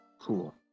Cool